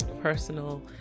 personal